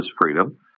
freedom